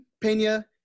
Pena